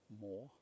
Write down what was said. more